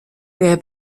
der